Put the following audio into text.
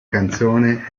canzone